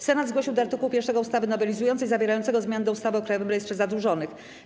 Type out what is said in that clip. Senat zgłosił do art. 1 ustawy nowelizującej zawierającego zmiany do ustawy o Krajowym Rejestrze Zadłużonych.